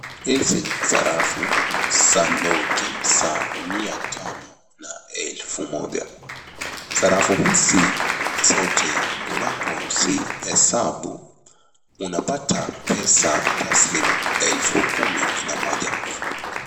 Hizi ni sarafu za noti za mia tano na elfu moja, sarafu hizi zote unapozihesabu unapata pesa taslim elfu kumi na moja.